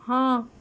ہاں